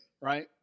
right